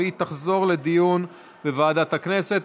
והיא תחזור לדיון בוועדת הכנסת.